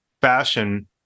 fashion